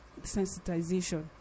sensitization